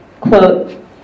Quote